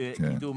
קידום